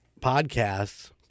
podcasts